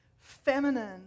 Feminine